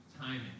timing